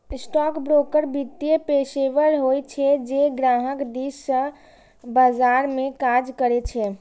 stockbroker वित्तीय पेशेवर होइ छै, जे ग्राहक दिस सं बाजार मे काज करै छै